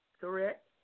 Correct